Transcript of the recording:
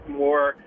more